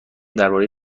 درباره